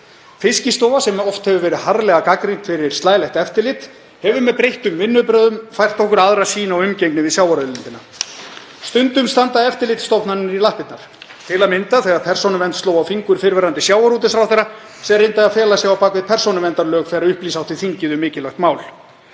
Fiskistofa, sem oft hefur verið harðlega gagnrýnd fyrir slælegt eftirlit, hefur með breyttum vinnubrögðum fært okkur aðra sýn á umgengni við sjávarauðlindina. Stundum standa eftirlitsstofnanir í lappirnar, til að mynda þegar Persónuvernd sló á fingur fyrrverandi sjávarútvegsráðherra sem reyndi að fela sig á bak við persónuverndarlög þegar upplýsa átti þingið um mikilvægt mál.